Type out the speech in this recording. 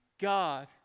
God